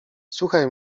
słuchaj